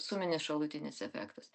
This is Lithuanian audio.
suminis šalutinis efektas